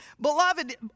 Beloved